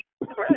right